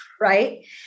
right